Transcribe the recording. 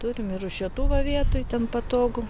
turim ir rūšiuotuvą vietoj ten patogu